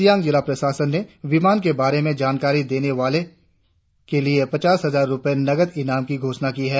सियांग जिला प्रशासन ने विमान के बारे में जानकारी देने वाले के लिए पचास हजार रुपए नकद ईनाम की घोषणा की है